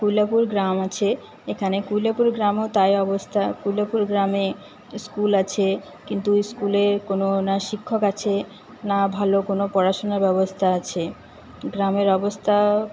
কুইলাপুর গ্রাম আছে এখানে কুইলাপুর গ্রামেও তাই অবস্থা কুইলাপুর গ্রামে স্কুল আছে কিন্তু স্কুলে কোনও না শিক্ষক আছে না ভালো কোনও পড়াশুনার ব্যবস্থা আছে গ্রামের অবস্থা